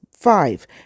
Five